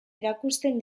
erakusten